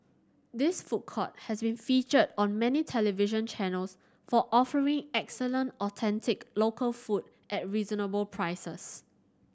this food court has been featured on many television channels for offering excellent authentic local food at reasonable prices